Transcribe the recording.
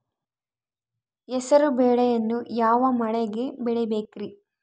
ಹೆಸರುಬೇಳೆಯನ್ನು ಯಾವ ಮಳೆಗೆ ಬೆಳಿಬೇಕ್ರಿ?